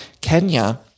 Kenya